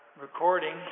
recording